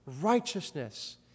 righteousness